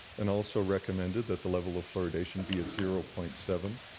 and also recommended that the level of fluoridation be at zero point seven.